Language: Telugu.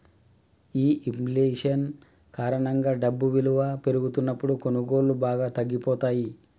ఈ ఇంఫ్లేషన్ కారణంగా డబ్బు ఇలువ పెరుగుతున్నప్పుడు కొనుగోళ్ళు బాగా తగ్గిపోతయ్యి